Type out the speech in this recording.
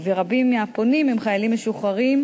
ורבים מהפונים הם חיילים משוחררים,